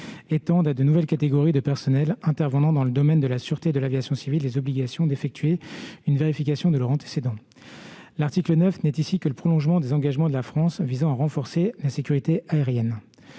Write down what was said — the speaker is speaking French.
-étendent à de nouvelles catégories de personnels intervenant dans le domaine de la sûreté de l'aviation civile les obligations d'effectuer une vérification de leurs antécédents. L'article 9 n'est ici que le prolongement des engagements de la France visant à renforcer la sécurité aérienne.